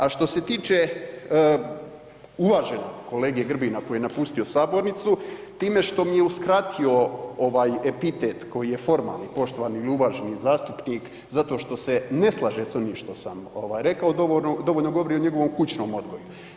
A što se tiče uvaženog kolege Grbina koji je napustio sabornicu, time što mi je uskratio epitet koji je formalni, poštovani ili uvaženi zastupnik zato što se ne slaže s onim što sam rekao, dovoljno govori o njegovom kućnom odgoju.